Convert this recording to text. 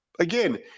Again